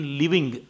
living